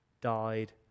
died